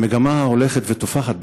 המגמה ההולכת ותופחת,